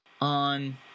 on